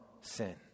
sin